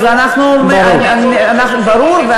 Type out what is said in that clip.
ברור.